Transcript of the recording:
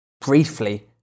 briefly